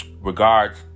regards